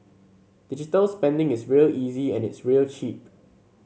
digital spending is real easy and it's real cheap